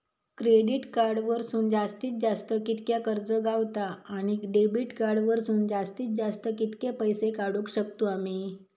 Credit card वरसून जास्तीत जास्त कितक्या कर्ज गावता, आणि डेबिट कार्ड वरसून जास्तीत जास्त कितके पैसे काढुक शकतू आम्ही?